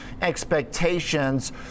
expectations